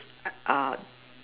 are